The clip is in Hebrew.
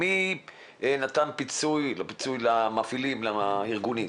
מי נתן פיצוי למפעילים, לארגונים?